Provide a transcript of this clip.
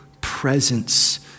presence